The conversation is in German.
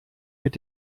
mit